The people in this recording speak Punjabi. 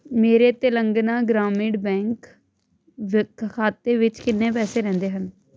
ਮੇਰੇ ਤੇਲੰਗਾਨਾ ਗ੍ਰਾਮੀਣ ਬੈਂਕ ਵਿਕ ਖਾਤੇ ਵਿੱਚ ਕਿੰਨੇ ਪੈਸੇ ਰਹਿੰਦੇ ਹਨ